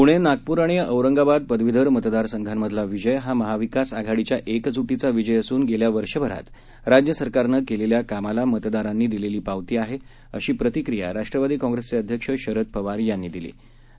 प्णे नागप्रआणिऔरंगाबादपदवीधरमतदारसंघांमधलाविजयहामहाविकासआघाडीच्याएकज्टीचा विजयअसूनगेल्यावर्षभरातराज्यसरकारनंकेलेल्याकामालामतदारांनीदिलेलीपावतीआहे अशीप्रतिक्रियाराष्ट्रवादीकाँग्रेसचेअध्यक्षशरदपवारयांनीदिलीआहे